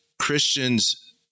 Christians